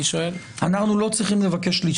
אנחנו לא צריכים לבקש לדחות.